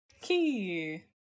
key